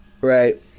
right